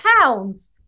pounds